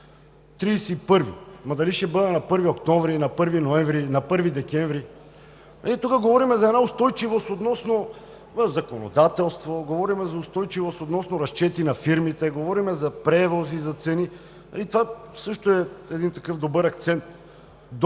31-ви“ – ама, дали ще бъде на 1 октомври, на 1 ноември, на 1 декември… Тук говорим за устойчивост относно законодателство, говорим за устойчивост относно разчети на фирмите, говорим за превози, за цени – това също е един добър акцент –